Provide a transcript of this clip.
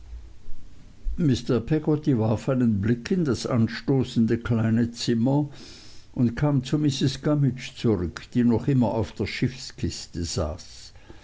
mr peggotty warf einen blick in das anstoßende kleine zimmer und kam zu mrs gummidge zurück die noch immer auf der schiffskiste saß